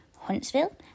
Huntsville